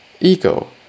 ego